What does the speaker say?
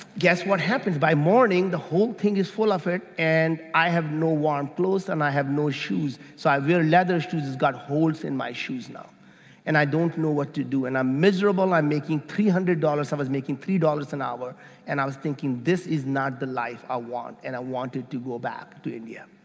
guess what happens, by morning the whole thing is full of it and i have no warm clothes and i have no shoes, so wear leather shoes. i've got holes in my shoes now and i don't know what to do and i'm miserable. i'm making three hundred dollars dollars. um i was making three dollars an hour and i was thinking, this is not the life i want and i wanted to go back to india